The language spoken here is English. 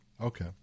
Okay